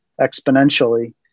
exponentially